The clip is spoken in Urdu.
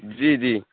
جی جی